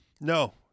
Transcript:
No